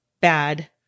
bad